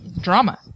drama